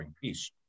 peace